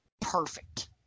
perfect